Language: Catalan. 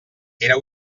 era